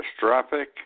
catastrophic